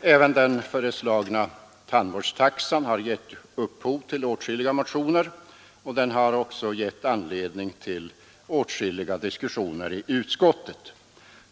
Även den föreslagna tandvårdstaxan har gett upphov till åtskilliga motioner, och den har också gett anledning till åtskilliga diskussioner i utskottet.